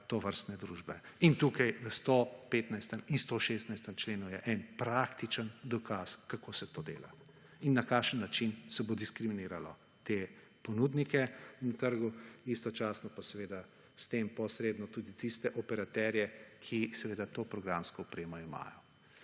tovrstne družbe. In tukaj v 115. in 116. členu je en praktičen dokaz kako se to dela in na kakšen način se bo diskriminiralo te ponudnike na trgu, istočasno pa s tem posredno tudi tiste operaterje, ki to programsko opremo imajo,